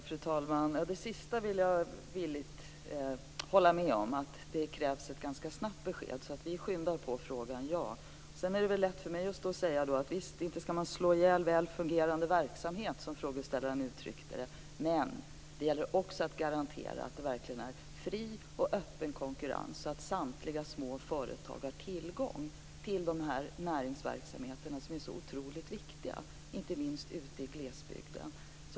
Fru talman! Det sista vill jag villigt hålla med om. Det krävs ett ganska snabbt besked, så vi skyndar på frågan - ja. Sedan är det lätt för mig att stå och säga: Visst, inte skall man slå ihjäl väl fungerande verksamhet, som frågeställaren uttryckte det. Men det gäller också att garantera att det verkligen är fri och öppen konkurrens, så att samtliga små företag har tillgång till de här näringsverksamheterna som är så otroligt viktiga inte minst i glesbygden.